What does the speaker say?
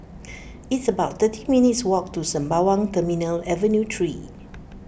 it's about thirty minutes' walk to Sembawang Terminal Avenue three